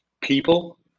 people